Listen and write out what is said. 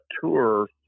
tour